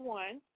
one